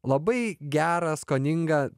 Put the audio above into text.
labai gerą skoningą